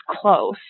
close